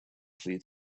clear